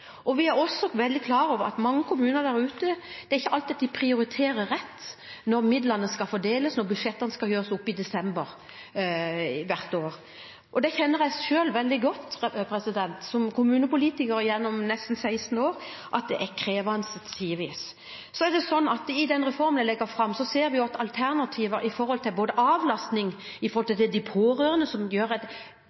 Vi er også veldig klar over at mange kommuner der ute ikke alltid prioriterer rett når midlene skal fordeles, når budsjettene skal gjøres opp i desember hvert år. Jeg kjenner selv veldig godt til, som kommunepolitiker gjennom nesten 16 år, at det tidvis er krevende. I den reformen vi legger fram, ser vi at det er viktig å ha avlastning på plass for de pårørende, som gjør